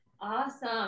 Awesome